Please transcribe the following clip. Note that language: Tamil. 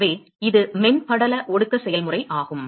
எனவே இது மென் படல ஒடுக்க செயல்முறை ஆகும்